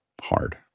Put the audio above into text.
hard